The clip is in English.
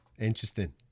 interesting